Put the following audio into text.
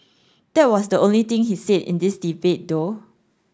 that was the only thing he's said in this debate though